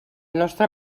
nostra